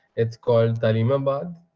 it's called taleemabad,